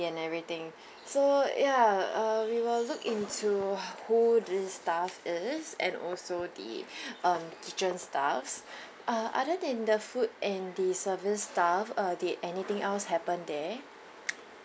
and everything so ya uh we will look into who this staff is and also the um kitchen staffs uh other than the food and the service staff uh did anything else happened there